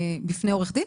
בפני עורך דין?